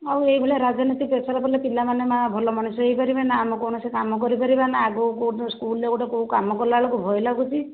ଆଉ ଏଇଭଳିଆ ରାଜନୀତି ପ୍ରେସର୍ ପଡ଼ିଲେ ପିଲାମାନେ ନା ଭଲ ମଣିଷ ହେଇପାରିବେ ନା ଆମେ କୌଣସି କାମ କରିପାରିବା ନା ଆଗକୁ କେଉଁଦିନ ସ୍କୁଲ୍ରେ ଗୋଟେ କେଉଁ କାମ କଲାବେଳକୁ ଭୟ ଲାଗୁଛି